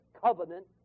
covenant